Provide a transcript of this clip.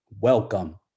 Welcome